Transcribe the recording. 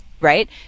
right